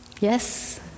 Yes